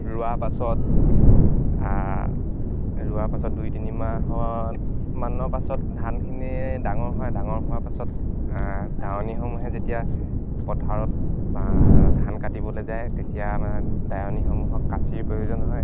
ৰোৱাৰ পাছত ৰোৱাৰ পাছত দুই তিনিমাহমানৰ পাছত ধানখিনিয়ে ডাঙৰ হয় ডাঙৰ হোৱা পাছত দাৱনীসমূহে যেতিয়া পথাৰত ধান কাটিবলৈ যায় তেতিয়া দাৱনীসমূহক কাঁচিৰ প্ৰয়োজন হয়